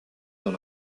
dans